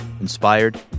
inspired